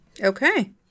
Okay